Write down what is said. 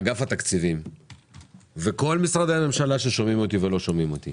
אגף התקציבים וכל משרדי הממשלה ששומעים אותי ושלא שומעים אותי